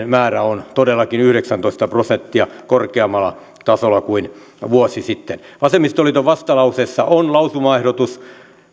määrä on todellakin yhdeksäntoista prosenttia korkeammalla tasolla kuin vuosi sitten vasemmistoliiton vastalauseessa on lausumaehdotus